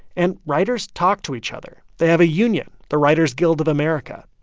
and writers talk to each other. they have a union the writers guild of america.